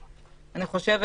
אני חושבת,